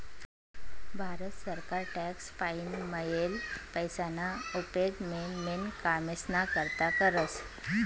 भारत सरकार टॅक्स पाईन मियेल पैसाना उपेग मेन मेन कामेस्ना करता करस